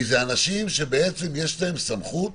כי אלה אנשים שבעצם יש להם סמכות